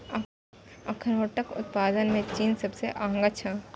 अखरोटक उत्पादन मे चीन सबसं आगां छै